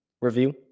review